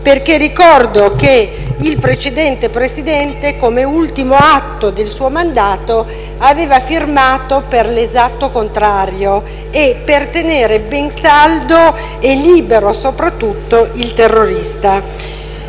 Ricordo che il precedente Presidente, come ultimo atto del suo mandato, aveva firmato per l'esatto contrario: per tenere ben saldo e soprattutto libero il terrorista.